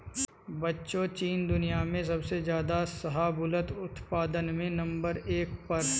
बच्चों चीन दुनिया में सबसे ज्यादा शाहबूलत उत्पादन में नंबर एक पर है